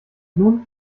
nun